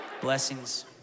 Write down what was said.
Blessings